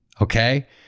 okay